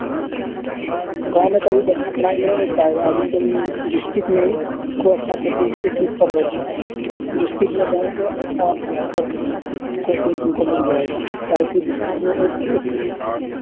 گاؤں میں تو ابھی بڑھنا پڑھائی نہیں مل پائے گا ابھی تم ڈسٹکٹ میں ہی کو اچھا کوچنگ انسٹیٹیوٹ پکڑو ڈسٹکٹ میں گاؤں سے اچھا بہتر کوچنگ تم کو مل جائے گا تاکہ ڈسٹکٹ میں ایک ایک